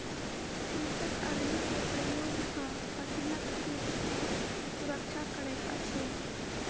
कृषक अग्नि के प्रयोग सॅ फसिलक कीट सॅ सुरक्षा करैत अछि